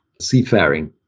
seafaring